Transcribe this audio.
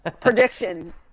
prediction